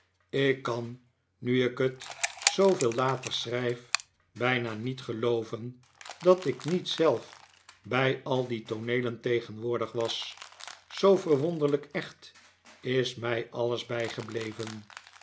ik kan nu ik het zooveel later schrijf bijna niet gelooven dat ik niet zelf bij al die tooneelen tegenwoordig was zoo verwonderlijk echt is mij alles bijgebleven